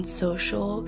social